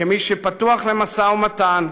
כמי שפתוח למשא ומתן,